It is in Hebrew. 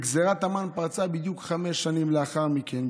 גזרת המן פרצה בדיוק חמש שנים לאחר מכן,